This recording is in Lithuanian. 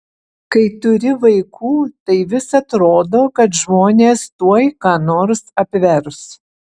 kai turi vaikų tai vis atrodo kad žmonės tuoj ką nors apvers